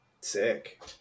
Sick